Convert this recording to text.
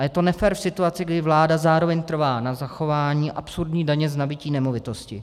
Je to nefér v situaci, kdy vláda zároveň trvá na zachování absurdní daně z nabytí nemovitosti.